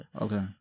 Okay